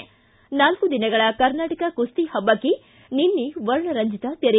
ಿಗಾನಾಲ್ಕು ದಿನಗಳ ಕರ್ನಾಟಕ ಕುಸ್ತಿ ಹಬ್ಬಕ್ಕೆ ನಿನ್ನೆ ವರ್ಣ ರಂಜಿತ ತೆರೆ